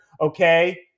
Okay